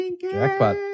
Jackpot